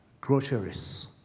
groceries